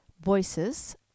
Voices